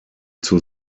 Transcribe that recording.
zur